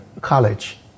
college